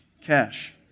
Cash